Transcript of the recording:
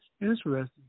interesting